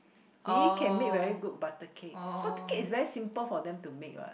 yi-yi can make very good butter cake butter cake is very simple for them to make what